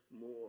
more